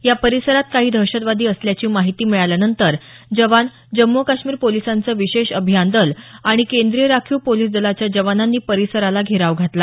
या परिसरात काही दहशतवादी असल्याची माहिती मिळाल्यानंतर जवान आणि जम्मू काश्मीर पोलिसांचं विशेष अभियान दल आणि केंद्रीय राखीव पोलिस दलाच्या जवानांनी परिसराला घेराव घातला